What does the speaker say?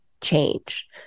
change